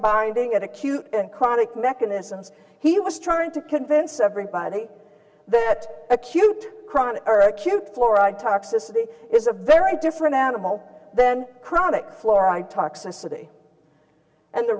binding at acute and chronic mechanisms he was trying to convince everybody that acute chronic her cute fluoride toxicity is a very different animal then chronic fluoride toxicity and the